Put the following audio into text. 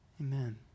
Amen